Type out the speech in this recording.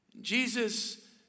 Jesus